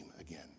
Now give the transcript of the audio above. again